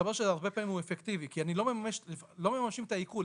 מסתבר שהרבה פעמים הוא אפקטיבי כי לא מממשים את העיקול.